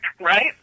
Right